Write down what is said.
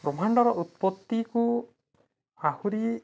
ବ୍ରହ୍ମାଣ୍ଡର ଉତ୍ପତ୍ତିକୁ ଆହୁରି